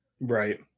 Right